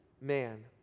man